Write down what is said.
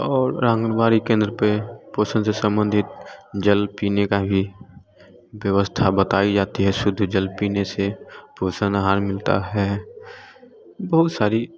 और आंगन बाड़ी केंद्र पर पोषण जो संबंधित जल पीने का भी व्यवस्था बताई जाती है शुद्ध जल पीने से पोषक आहार मिलता है बहुत सारी